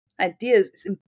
ideas